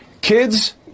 kids